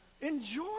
enjoy